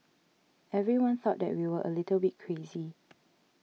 everyone thought that we were a little bit crazy